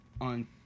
on